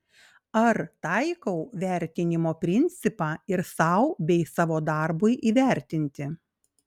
ar taikau vertinimo principą ir sau bei savo darbui įvertinti